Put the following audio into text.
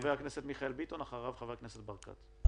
חבר הכנסת מיכאל ביטון ואחריו חבר הכנסת ניר ברקת.